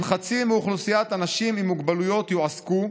אם חצי מאוכלוסיית האנשים עם המוגבלויות יועסקו,